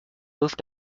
move